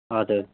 हजुर